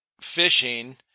fishing